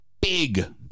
big